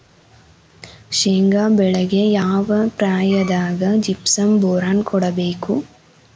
ಶೇಂಗಾ ಬೆಳೆಗೆ ಯಾವ ಪ್ರಾಯದಾಗ ಜಿಪ್ಸಂ ಬೋರಾನ್ ಕೊಡಬೇಕು?